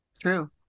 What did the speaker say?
True